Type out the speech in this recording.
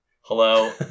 Hello